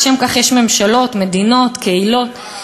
לשם כך יש ממשלות, מדינות, קהילות.